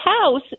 House